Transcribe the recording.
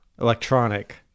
electronic